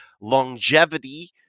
longevity